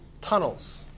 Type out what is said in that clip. tunnels